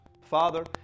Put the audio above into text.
Father